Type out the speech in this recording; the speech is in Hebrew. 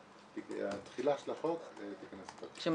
שהתחילה של החוק תיכנס לתוקף.